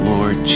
Lord